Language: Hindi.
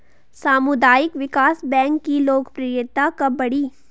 सामुदायिक विकास बैंक की लोकप्रियता कब बढ़ी?